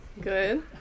good